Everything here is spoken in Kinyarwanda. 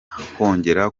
hongera